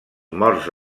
morts